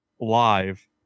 live